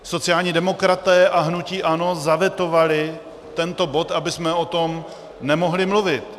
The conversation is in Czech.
Sociální demokraté a hnutí ANO zavetovali tento bod, abychom o tom nemohli mluvit.